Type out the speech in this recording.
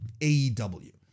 AEW